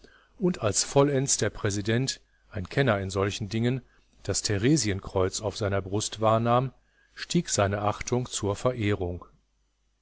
und als vollends der präsident ein kenner in solchen dingen das theresienkreuz auf seiner brust wahrnahm stieg seine achtung zur verehrung